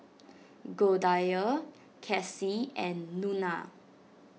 Goldia Kassie and Nona